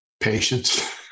patience